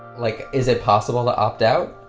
like is it possible to opt out?